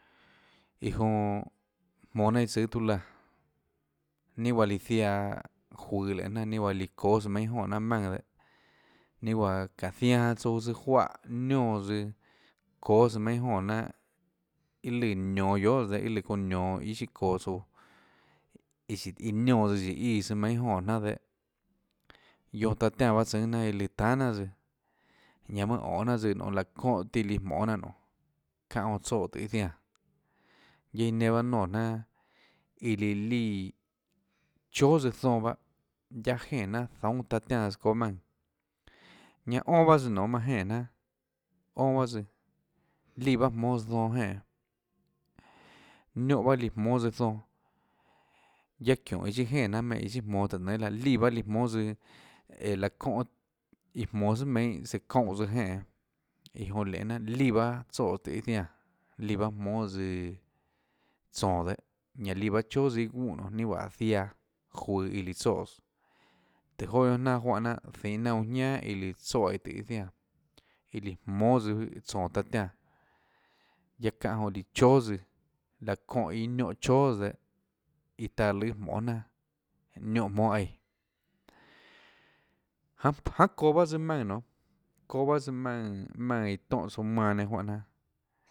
Iã jonã jmonå jnanà iâ tsùâ tiuâ laã ninâ juáhã líã ziaã juøå lenê jnanà ninâ juáhã çóâ tsøã meinhâ jonè jnanhà maùnã ninâ juáhã çáå zianã janã tsouã tsøã juáhã niónã tsøã çóâ tsøã meinhâ jonè jnanà iâ lùã nionå guiohà tsøã dehâ â lùã çounã nionå iâ siâ çoå tsouã iâ síhå íhå niónã tsøã síhå íã søã meinhâ jonè jnanà dehâ guionã taã tiánã pahâ tsùnâ jnanà iã lùã tánhà jnanà tsøã ñanã manâ onê jnanà tsøã nonê laã çóhå tíã líã jmonê jnanà nonê çáhã jonã tsoè tùhå chiâ jñiánã guiaâ iã nenã pahâ nonê jnanà iã liã líã chóà tsøã zonã bahâ guiaâ jenè jnanà zoúnâ taã tiáãs çóâ maùnã ñanã onâ pahâ tsøã nionê manà jenè jnanà onâ bahâ tsøã líã bahâ jmóâs zonã jenè niónhå bahâ líã jmóâs zoønã guiaâ çiónhå iã siâ jenè jnanà menê siâ jmonå táhå nénâ laã líã bahâ líã jmóâs tsøã õå laã çóhã iã jmonå tsùà meinhâ søã çoúnhã tsøã jenè iã jonã lehê jnanà líã bahâ tsoè tùhå chiâ jiánã liã bahâ jmónâ tsøã tsónå dehâ ñanã líã bahâ chóà tsøã iâ guúhã nionê ninâ juáhã ziaã juøå iã líã tsoès tùhå jonà guionà jnanà juáhã jnanà zihå jnanà uã jñánà iã løã tsoè aínã tùhå iâ jiánã iã líã jmónâ tsøã tsónå taã tiánã guiaâ çáhå jonã líã chóà tsøã laã çóhã iâ niónhå chóàs dehâ iã taã lùâ jmonê jnanà niónhã jmóâ aíã janê janê çoå pahâ tsøã maùnã nionê çoå pahâ tsøã maùnã maùnã iã tóhå tsouã manã nenã juáhã jnanà.